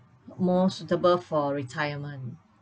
more suitable for retirement